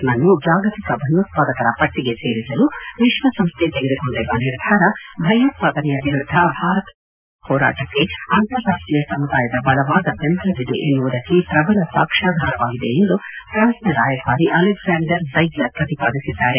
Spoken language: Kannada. ರ್ನನ್ನು ಜಾಗತಿಕ ಭಯೋತ್ಪಾದಕರ ಪಟ್ಟಗೆ ಸೇರಿಸಲು ವಿಶ್ವಸಂಸ್ಥೆ ತೆಗೆದುಕೊಂಡಿರುವ ನಿರ್ಧಾರ ಭಯೋತ್ವಾದನೆಯ ವಿರುದ್ದ ಭಾರತ ನಡೆಸುತ್ತಿರುವ ಗಂಭೀರ ಹೋರಾಟಕ್ಕೆ ಅಂತಾರಾಷ್ಟೀಯ ಸಮುದಾಯದ ಬಲವಾದ ಬೆಂಬಲವಿದೆ ಎನ್ನುವುದಕ್ಕೆ ಪ್ರಬಲ ಸಾಕ್ಷ್ವಾಧಾರವಾಗಿದೆ ಎಂದು ಪ್ರಾನ್ಗೆನ ರಾಯಭಾರಿ ಅಲೆಗ್ಲಾಂಡರ್ ಝ್ಯುಗ್ಗರ್ ಪ್ರತಿಪಾದಿಸಿದ್ದಾರೆ